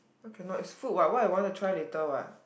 why cannot it's food what what I wanna try later what